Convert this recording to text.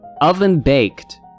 Oven-baked